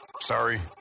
Sorry